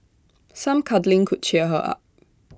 some cuddling could cheer her up